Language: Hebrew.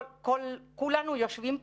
כולנו יושבים פה,